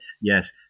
Yes